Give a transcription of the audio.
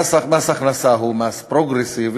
מס הכנסה הוא מס פרוגרסיבי,